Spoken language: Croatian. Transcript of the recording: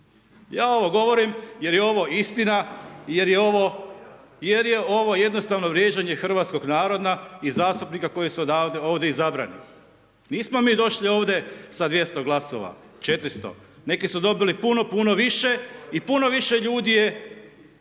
Ja ovo govorim jer je ovo istina, jer je ovo jednostavno vrijeđanje hrvatskog naroda i zastupnika koji su odavde, ovdje izabrani. Nismo mi došli ovdje sa 200 glasova, 400 neki su dobili puno, puno više i puno više ljudi je